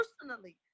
personally